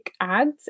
ads